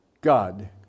God